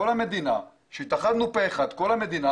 כל המדינה התאחדה סביב הנושא